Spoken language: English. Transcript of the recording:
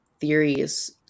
theories